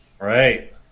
right